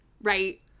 right